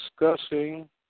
discussing